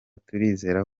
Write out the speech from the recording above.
turizera